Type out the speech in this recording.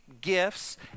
gifts